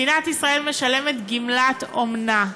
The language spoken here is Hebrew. מדינת ישראל משלמת גמלת אומנה.